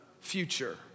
future